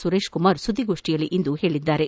ಸುರೇಶ್ ಕುಮಾರ್ ಸುದ್ದಿಗೋಷ್ಠಿಯಲ್ಲಿಂದು ತಿಳಿಸಿದರು